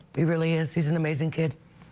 it really is he's an amazing kid.